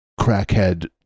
crackhead